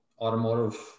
automotive